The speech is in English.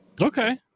okay